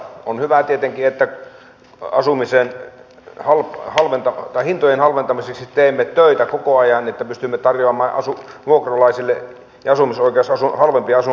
on hyvä tietenkin että asumisen hintojen halventamiseksi teemme töitä koko ajan niin että pystymme tarjoamaan halvempia vuokra ja asumisoi keusasuntoja